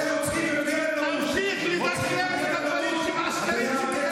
אל תדבר על דמוקרטיה.